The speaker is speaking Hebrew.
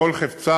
שכל חפצם